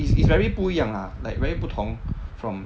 it's it's very 不一样 lah like very 不同 from